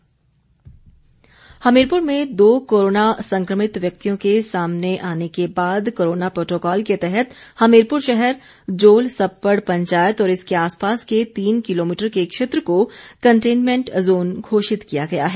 Hamirpur protocol Hamirpur में दो corona संक्रमित व्यक्तियों के सामने आने के बाद कोरोना प्रोटोकॉल के तहत हमीरपुर शहर जोल सप्पड़ पंचायत और इसके आस पास के तीन किलोमीटर के क्षेत्र को कंटेनमेंट जोन घोषित किया गया है